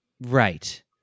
right